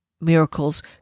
miracles